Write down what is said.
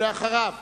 ואחריו,